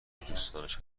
دوستانش